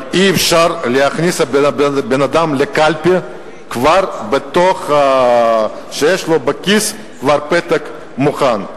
אבל אי-אפשר להכניס לקלפי בן-אדם שכבר יש לו בכיס פתק מוכן.